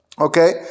Okay